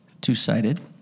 two-sided